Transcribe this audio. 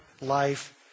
life